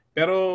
Pero